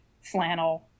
flannel